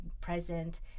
present